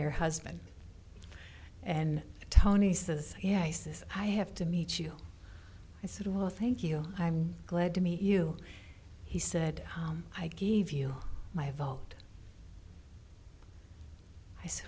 your husband and tony says yeah i says i have to meet you i said well thank you i'm glad to meet you he said i gave you my vote i said